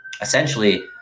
essentially